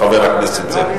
חבר הכנסת זאב.